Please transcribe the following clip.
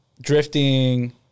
drifting